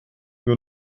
nur